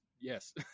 yes